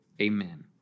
Amen